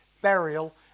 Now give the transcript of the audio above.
burial